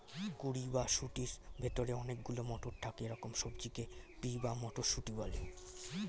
কুঁড়ি বা শুঁটির ভেতরে অনেক গুলো মটর থাকে এরকম সবজিকে পি বা মটরশুঁটি বলে